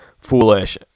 foolish